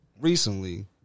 recently